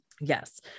Yes